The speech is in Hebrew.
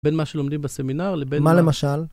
בין מה שלומדים בסמינר לבין... מה למשל?